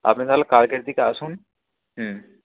আপনি তাহলে কালকের দিকে আসুন হুম